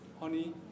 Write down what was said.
Honey